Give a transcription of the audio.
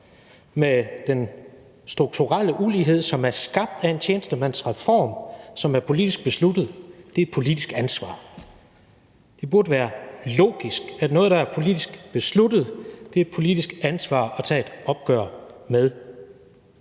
med den strukturelle ulighed, som er skabt af en tjenestemandsreform, som er politisk besluttet; det er et politisk ansvar. Det burde være logisk, at noget, der er politisk besluttet, er et politisk ansvar at tage et opgør med.